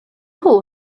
nhw